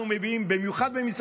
נלחמתי עם הביטוח הלאומי, עם הפקידים.